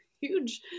huge